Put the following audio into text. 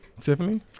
Tiffany